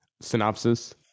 synopsis